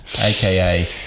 aka